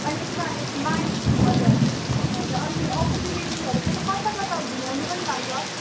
अनि उनीहरूले माइनरिटी हजुर हजुर अनि अपर्चुनिटिजहरू पनि कता कता घुमाउनु पनि लान्छ